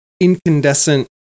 incandescent